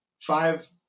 five